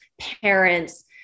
parents